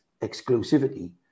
exclusivity